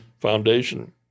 foundation